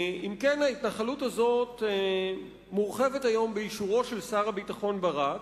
ההתנחלות הזאת מורחבת היום באישורו של שר הביטחון ברק,